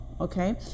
okay